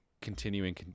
continuing